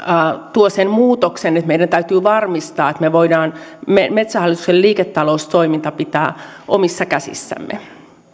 tuo sen muutoksen että meidän täytyy varmistaa että me voimme metsähallituksen liiketaloustoiminnan pitää omissa käsissämme